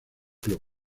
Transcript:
club